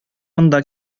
монда